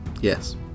Yes